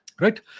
Right